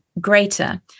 greater